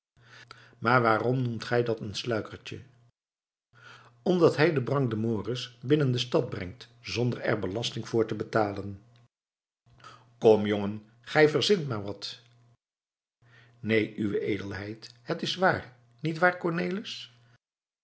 maar waarom noemt gij dat een sluikertje omdat hij den brangdemoris binnen de stad brengt zonder er belasting voor te betalen kom jongen gij verzint maar wat neen uwe edelheid het is waar nietwaar cornelis